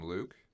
Luke